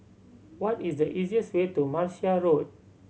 what is the easiest way to Martia Road